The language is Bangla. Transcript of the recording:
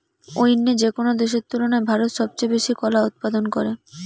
অইন্য যেকোনো দেশের তুলনায় ভারত সবচেয়ে বেশি কলা উৎপাদন করে